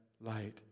light